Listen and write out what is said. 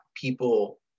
people